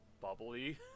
bubbly